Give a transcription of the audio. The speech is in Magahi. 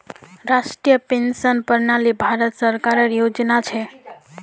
राष्ट्रीय पेंशन प्रणाली भारत सरकारेर योजना छ